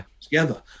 together